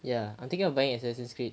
ya I'm thinking of buying assassin's creed